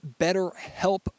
BetterHelp